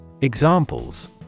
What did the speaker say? Examples